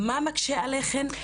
מה מקשה עליכן?